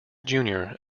junior